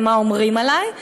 במה שאומרים עלי,